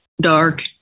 dark